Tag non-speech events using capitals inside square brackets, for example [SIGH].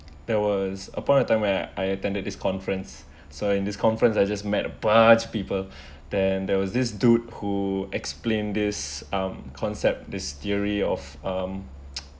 there was a point of time where I attended this conference so in this conference I just met a bunch people then there was this dude who explain this um concept this theory of um [NOISE]